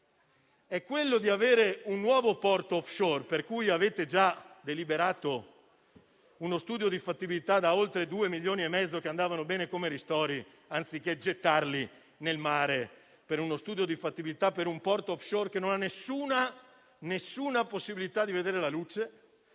signori, è avere un nuovo porto *offshore*, per cui avete già deliberato uno studio di fattibilità da oltre 2,5 milioni, che andavano bene come ristori, anziché gettarli nel mare per uno studio di fattibilità per un porto *offshore* che non ha alcuna possibilità di vedere la luce,